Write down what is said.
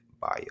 bio